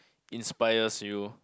inspires you